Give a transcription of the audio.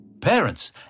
Parents